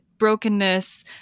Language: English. brokenness